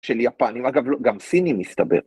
של יפנים, אגב גם סינים מסתבר.